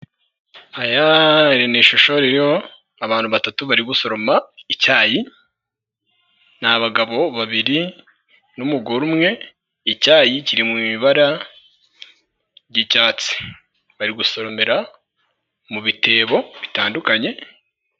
Abantu batatu bari gusoroma icyayi ni abagabo babiri n'umugore umwe, icyayi kiri mu ibara ry'icyatsi bari gusoromera mu bitebo bitandukanye.